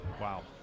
Wow